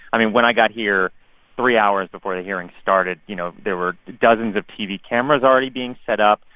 i mean, when i got here three hours before the hearing started, you know, there were dozens of tv cameras already being set up.